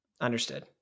Understood